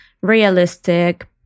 realistic